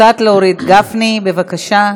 קצת להוריד, גפני, בבקשה,